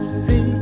see